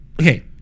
okay